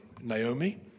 Naomi